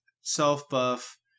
self-buff